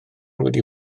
wedi